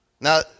Now